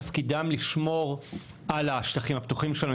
תפקידן לשמור על השטחים הפתוחים שלנו,